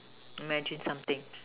imagine something